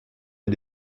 les